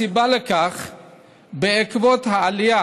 הסיבה לכך היא העלייה